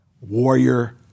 Warrior